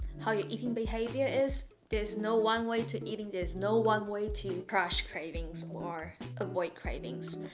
how your eating behaviour is. there's no one way to eating. there's no one way to crush cravings or avoid cravings.